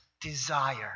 desire